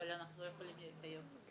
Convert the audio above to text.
אבל אנחנו לא יכולים להתחייב.